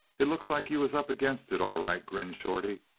it looks like you was up against it, all right, grinned shorty.